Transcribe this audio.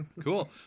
Cool